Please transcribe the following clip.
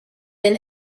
then